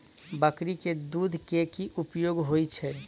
बकरी केँ दुध केँ की उपयोग होइ छै?